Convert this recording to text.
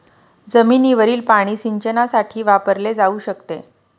जमिनीवरील पाणी सिंचनासाठी वापरले जाऊ शकते